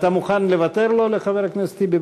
אתה מוכן לוותר לו, לחבר הכנסת טיבי?